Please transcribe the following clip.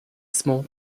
small